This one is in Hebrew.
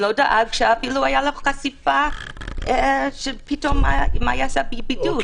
הוא לא דאג שאם תהיה לו חשיפה מה הוא יעשה בבידוד.